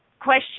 question